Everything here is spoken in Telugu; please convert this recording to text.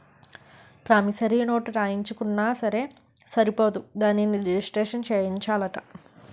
ప్రామిసరీ నోటు రాయించుకున్నా సరే సరిపోదు దానిని రిజిస్ట్రేషను సేయించాలట